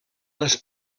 les